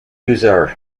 users